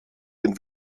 den